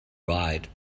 write